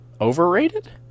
Overrated